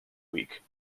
week